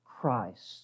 Christ